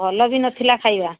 ଭଲ ବି ନଥିଲା ଖାଇବା